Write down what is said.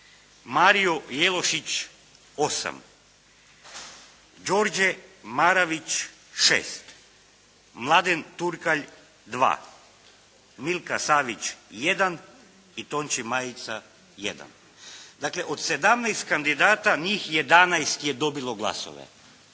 Mario Jelušić 8, Đorđe Marović 6, Mladen Turkalj 2, Milka Savić 1, i Tonči Majica 1. Dakle, od sedamnaest kandidata njih jedanaest je dobilo glasove.